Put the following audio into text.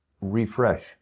refresh